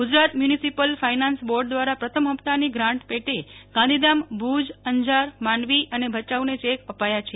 Gujarat municipal finance board દ્વારા પ્રથમ હપ્તાની ગ્રાન્ટ પેટે ગાંધીધામ ભુજ અંજાર માંડવી ુજ અને ભચાઉને ચેક અપાયા છે